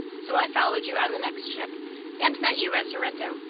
so i followed you on the next ship and met you at sorrento,